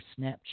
Snapchat